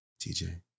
TJ